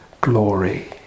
glory